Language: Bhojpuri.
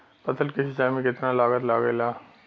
फसल की सिंचाई में कितना लागत लागेला?